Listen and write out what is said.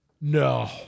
No